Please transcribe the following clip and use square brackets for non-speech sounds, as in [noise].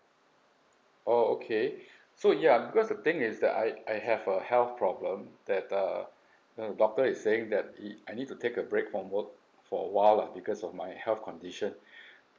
oh okay so ya because the thing is the I I have a health problem that uh the doctor is saying that it I need to take a break from work for a while lah because of my health condition [breath]